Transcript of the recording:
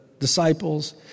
disciples